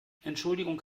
entschuldigung